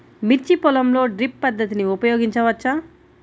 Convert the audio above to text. మిర్చి పొలంలో డ్రిప్ పద్ధతిని ఉపయోగించవచ్చా?